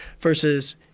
versus